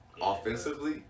Offensively